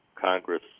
Congress